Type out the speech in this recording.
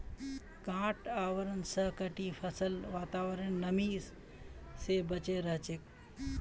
गांठ आवरण स कटी फसल वातावरनेर नमी स बचे रह छेक